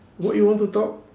what you want to talk